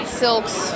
silks